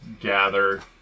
gather